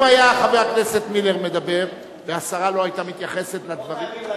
אם היה חבר הכנסת מילר מדבר והשרה לא היתה מתייחסת לדברים,